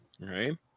Right